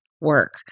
work